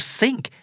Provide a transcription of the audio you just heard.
sink